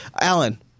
Alan